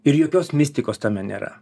ir jokios mistikos tame nėra